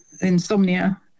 insomnia